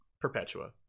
Perpetua